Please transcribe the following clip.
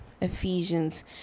Ephesians